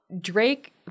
Drake